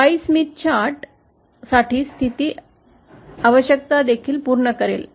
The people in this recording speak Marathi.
चार्ट वायस्मिथ चार्ट साठी स्थितीची आवश्यकता देखील पूर्ण करेल